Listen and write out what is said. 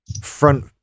front